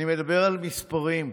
אני מדבר על מספרים.